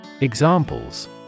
Examples